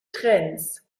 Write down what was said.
trends